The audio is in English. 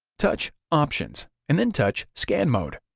touch options, and then touch scan mode.